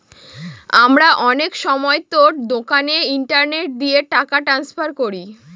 আমরা অনেক সময়তো দোকানে ইন্টারনেট দিয়ে টাকা ট্রান্সফার করি